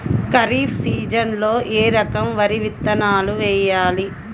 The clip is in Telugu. ఖరీఫ్ సీజన్లో ఏ రకం వరి విత్తనాలు వేయాలి?